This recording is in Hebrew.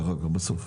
התשובות בסוף.